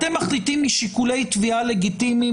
אתם מחליטים משיקולי תביעה לגיטימיים